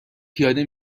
پیاده